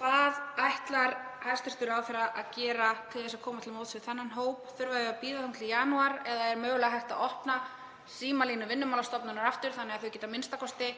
Hvað ætlar hæstv. ráðherra að gera til að koma til móts við þann hóp? Þurfa þau að bíða fram í janúar eða er mögulega hægt að opna símalínu Vinnumálastofnunar aftur þannig að þau geti a.m.k.